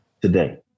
today